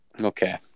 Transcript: Okay